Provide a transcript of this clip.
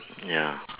ya